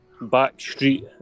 backstreet